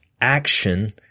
action